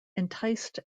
enticed